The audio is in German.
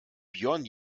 björn